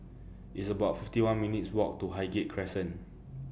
It's about fifty one minutes' Walk to Highgate Crescent